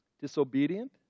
disobedient